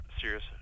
serious